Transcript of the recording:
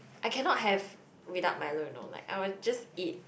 I cannot have without milo you know I will just eat